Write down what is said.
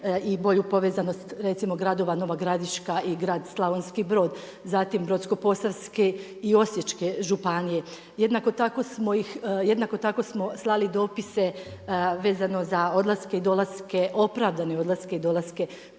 i bolju povezanost recimo, gradova Nova Gradiška i grad Slavonski Brod. Zatim, Brodsko-posavske i Osječke županije. Jednako tako smo slali dopise vezano za odlaske i dolaske, opravdane odlaske i dolaske